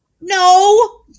No